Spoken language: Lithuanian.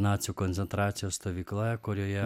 nacių koncentracijos stovykla kurioje